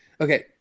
Okay